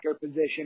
position